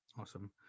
Awesome